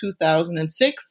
2006